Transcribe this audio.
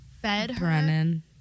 Brennan